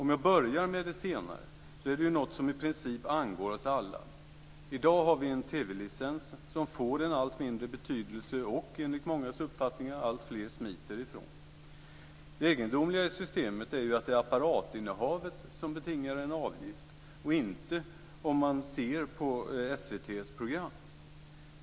Jag börjar med det senare. Det är något som i princip angår oss alla. I dag har vi en TV-licens som får en allt mindre betydelse och som enligt mångas uppfattning alltfler smiter ifrån. Det egendomliga i systemet är ju att det är apparatinnehavet som betingar en avgift och inte om man ser på SVT:s program.